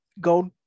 go